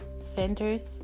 centers